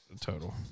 total